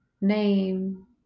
name